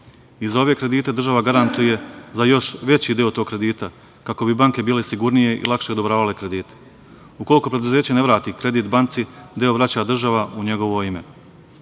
Za ove kredite država garantuje još veći deo tog kredita, kako bi banke bile sigurnije i lakše odobravale kredite. Ukoliko preduzeće ne vrati kredit banci, deo vraća država u njegovo ime. Kada